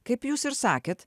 kaip jūs ir sakėt